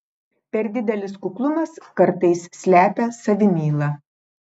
per didelis kuklumas kartais slepia savimylą